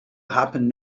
happen